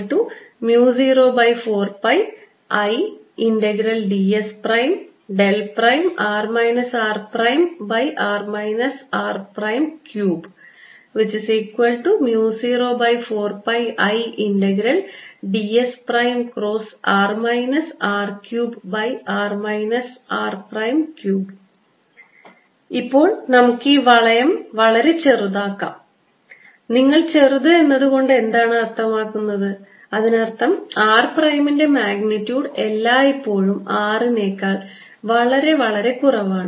Ar04πIds×r rr r304πIds×r rr r3 ഇപ്പോൾ നമുക്ക് ഈ വളയം വളരെ വളരെ ചെറുതാക്കാം നിങ്ങൾ ചെറുത് എന്നതുകൊണ്ട് എന്താണ് അർത്ഥമാക്കുന്നത് അതിനർത്ഥം r പ്രൈമിന്റെ മാഗ്നിറ്റ്യൂഡ് എല്ലായ്പ്പോഴും r നേക്കാൾ വളരെ വളരെ കുറവാണ്